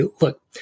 look